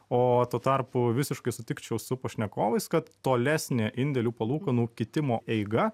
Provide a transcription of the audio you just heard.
o tuo tarpu visiškai sutikčiau su pašnekovais kad tolesnė indėlių palūkanų kitimo eiga